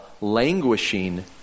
languishing